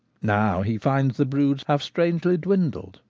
now he finds the broods have strangely dwindled,